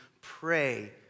pray